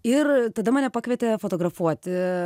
ir tada mane pakvietė fotografuoti